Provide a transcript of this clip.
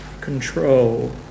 control